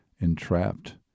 entrapped